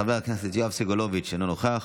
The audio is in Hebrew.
חבר הכנסת יואב סגלוביץ' אינו נוכח,